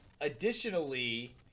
additionally